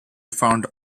found